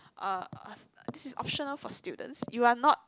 uh uh this is optional for students you are not